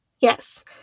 yes